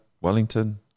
Wellington